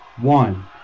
One